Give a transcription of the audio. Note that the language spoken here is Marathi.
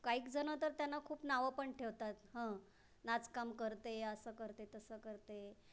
कैक जण तर त्यांना खूप नावं पण ठेवतात हं नाचकाम करते असं करते तसं करते